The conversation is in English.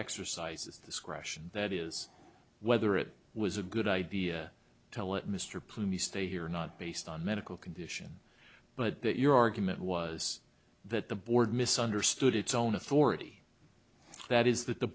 exercises discretion that is whether it was a good idea to let mr plume you stay here or not based on medical condition but your argument was that the board misunderstood its own authority that is that the